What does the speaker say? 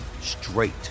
straight